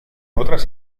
otras